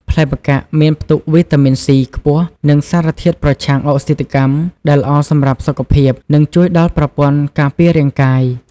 ផ្លែម្កាក់មានផ្ទុកវីតាមីន C ខ្ពស់ និងសារធាតុប្រឆាំងអុកស៊ីតកម្ម ដែលល្អសម្រាប់សុខភាព និងជួយដល់ប្រព័ន្ធការពាររាងកាយ។